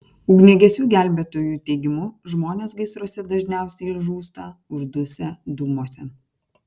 ugniagesių gelbėtojų teigimu žmonės gaisruose dažniausiai žūsta uždusę dūmuose